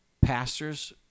pastors